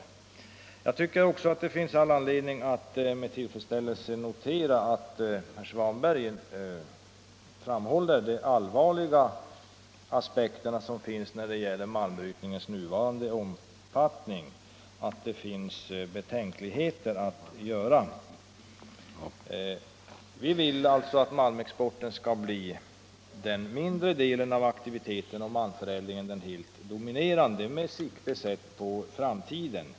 Jag tycker också att det finns all anledning att med tillfredsställelse notera att herr Svanberg framhåller de allvarliga aspekterna på malmbrytningens nuvarande omfattning och att det finns invändningar att göra. Vi inom vpk vill att malmexporten skall bli den mindre delen av aktiviteten och malmförädlingen den helt dominerande med sikte på framtiden.